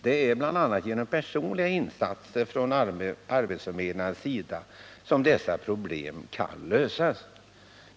Det är bl.a. genom personliga insatser från arbetsförmedlarnas sida dessa problem kan lösas.